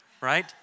right